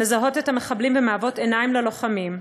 מזהות את המחבלים ומשמשות עיניים ללוחמים,